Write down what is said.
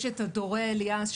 יש את אדורה אליעס,